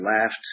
laughed